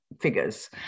figures